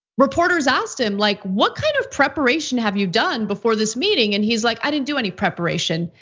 reporters asked him, like what kind of preparation have you done before this meeting? and he's like, i didn't do any preparation.